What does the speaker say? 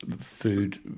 food